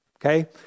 okay